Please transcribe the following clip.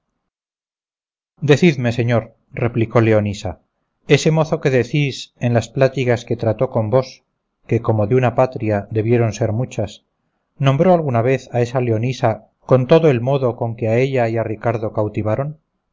decidme señor replicó leonisa ese mozo que decís en las pláticas que trató con vos que como de una patria debieron ser muchas nombró alguna vez a esa leonisa con todo el modo con que a ella y a ricardo cautivaron